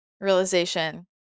realization